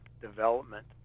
development